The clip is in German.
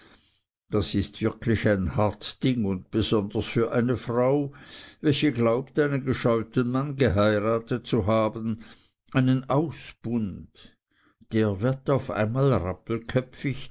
das ist wirklich ein hart ding und besonders für eine frau welche glaubt einen gescheuten mann geheiratet zu haben einen ausbund der wird auf einmal